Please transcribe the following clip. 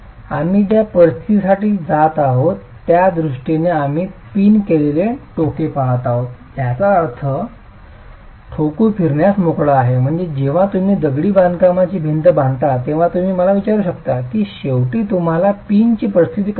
आम्ही ज्या तपासणीसाठी जात आहोत त्या दृष्टीने आम्ही पिन केलेले टोके पाहत आहोत ज्याचा अर्थ टोकू फिरण्यास मोकळा आहे म्हणजे जेव्हा तुम्ही दगडी बांधकामाची भिंत बांधता तेव्हा तुम्ही मला विचारू शकता की शेवटी तुम्हाला पिनची परिस्थिती कशी येते